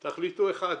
תחליטו על אחד מהם.